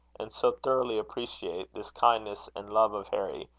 and so thoroughly appreciate this kindness and love of harry,